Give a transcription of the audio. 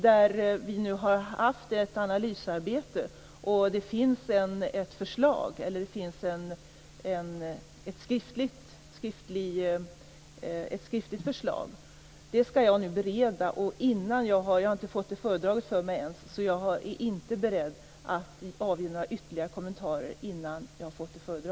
Där har vi haft ett analysarbete, och det finns ett skriftligt förslag som jag nu skall bereda. Jag har dock inte fått det föredraget för mig ännu, och innan dess är jag inte beredd att avge några ytterligare kommentarer.